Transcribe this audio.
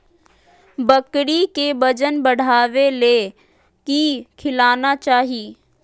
बकरी के वजन बढ़ावे ले की खिलाना चाही?